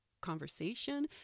conversation